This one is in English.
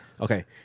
Okay